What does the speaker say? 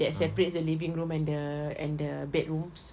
that separates the living room and the and the bedrooms